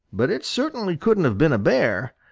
but it certainly couldn't have been a bear.